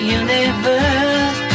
universe